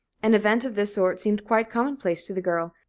an event of this sort seemed quite commonplace to the girl,